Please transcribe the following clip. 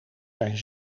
zijn